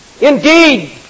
Indeed